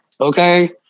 okay